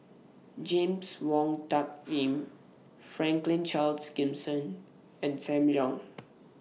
James Wong Tuck Yim Franklin Charles Gimson and SAM Leong